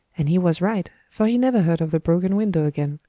and he was right, for he never heard of the broken window again.